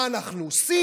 מה, אנחנו סין?